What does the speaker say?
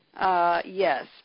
Yes